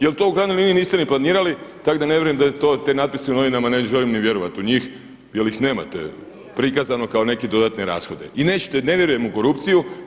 Jel' to u krajnjoj liniji niste ni planirali, tako da ne vjerujem da, u te natpise u novinama ne želim ni vjerovati u njih jer ih nemate prikazano kao neke dodatne rashode i nećete, ne vjerujem u korupciju.